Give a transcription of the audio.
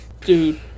Dude